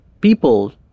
people